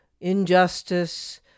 injustice